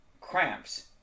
cramps